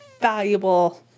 valuable